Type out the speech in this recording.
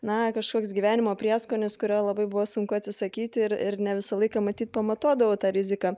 na kažkoks gyvenimo prieskonis kurio labai buvo sunku atsisakyti ir ir ne visą laiką matyt pamatuodavau tą riziką